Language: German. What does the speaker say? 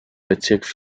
bezirk